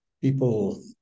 people